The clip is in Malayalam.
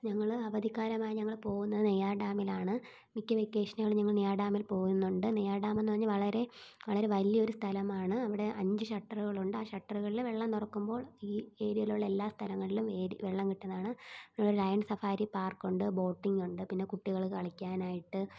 ഞങ്ങൾ അവധിക്കാലം ആയാൽ ഞങ്ങൾ പോവുന്നത് നെയ്യാർ ഡാമിലാണ് മിക്ക വെക്കേഷനുകളും ഞങ്ങൾ നെയ്യാർ ഡാമിൽ പോകുന്നുണ്ട് നെയ്യാർ ഡാം എന്ന് പറഞ്ഞാൽ വളരെ വളരെ വലിയൊരു സ്ഥലമാണ് അവിടെ അഞ്ച് ഷട്ടറുകൾ ഉണ്ട് ആ ഷട്ടറുകളിലെ വെള്ളം തുറക്കുമ്പോൾ ഈ ഏരിയയിലുള്ള എല്ലാ സ്ഥലങ്ങളിലും വെള്ളം കിട്ടുന്നതാണ് പിന്നെ ലയൺ സഫാരി പാർക്ക് ഉണ്ട് ബോട്ടിങ്ങ് ഉണ്ട് പിന്നെ കുട്ടികൾ കളിക്കാനായിട്ട്